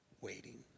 waiting